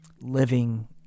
living